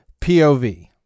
POV